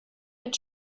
mit